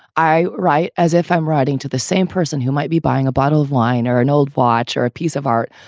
i write as if i'm writing to the same person who might be buying a bottle of wine or an old watch or a piece of art.